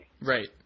Right